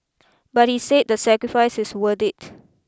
but he said the sacrifice is worth it